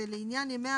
ולעניין ימי